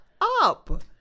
up